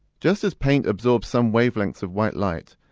just as paint absorbs some wavelengths of white light,